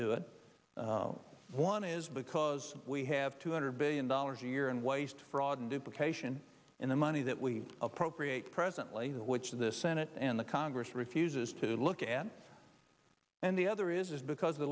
do it one is because we have two hundred billion dollars a year and waste fraud and implication in the money that we appropriate presently which the senate and the congress refuses to look at and the other is because the